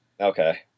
Okay